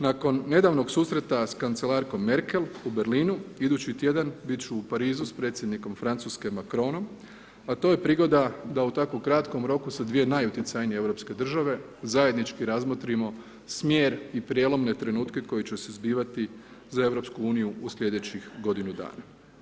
Nakon nedavnog susreta sa kancelarkom Merkel u Berlinu, idući tjedan bit ću u Parizu s predsjednik Francuske Macronom, a to je prigoda da u tako kratko roku sa dvije najutjecajnije europske države, zajednički razmotrimo smjer i prijelomne trenutke koji će se zbivati za EU u slijedećih godinu dana.